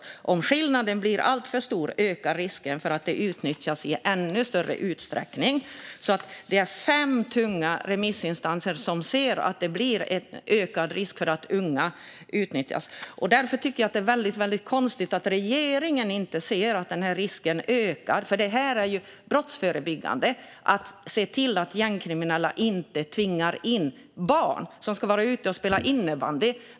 Man säger att om skillnaden blir alltför stor ökar risken för att barn utnyttjas i ännu större utsträckning. Det är alltså fem tunga remissinstanser som anser att det blir en ökad risk för att unga utnyttjas. Därför tycker jag att det är mycket konstigt att regeringen inte ser att denna risk ökar. Det är ju brottsförebyggande att se till att gängkriminella inte tvingar in barn. Barn ska ägna sig åt att spela innebandy och annat.